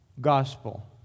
gospel